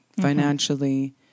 Financially